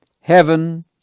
heaven